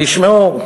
תשמעו,